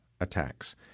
attacks